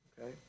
okay